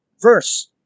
verse